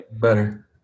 Better